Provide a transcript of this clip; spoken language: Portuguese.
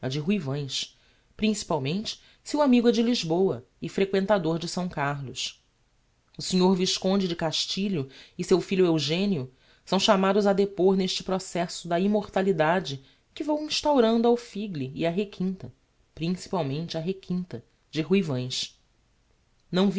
ruivães principalmente se o amigo é de lisboa e frequentador de s carlos o senhor visconde de castilho e seu filho eugenio são chamados a depôr n'este processo da immortalidade que vou instaurando ao figle e á requinta principalmente á requinta de ruivães não